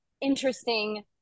interesting